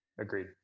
Agreed